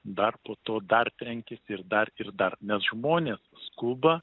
dar po to dar trenkėsi ir dar ir dar nes žmonės skuba